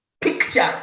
pictures